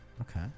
Okay